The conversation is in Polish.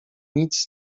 nic